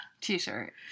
t-shirt